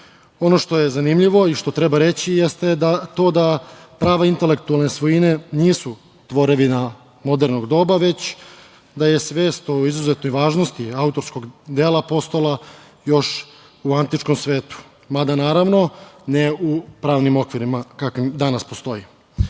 što je zanimljivo i što treba reći jeste to prava intelektualne svojine nisu tvorevina modernog doba već da je svest o izuzetnoj važnosti autorskog dela postojala još u antičkom svetu, mada ne u pravnim okvirima kakvi danas postoje. Značaj